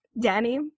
Danny